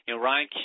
Ryan